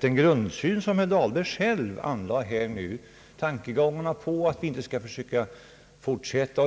Den grundsyn som herr Dahlberg anlade i sin tankegång, eller att man inte skulle fortsätta att försöka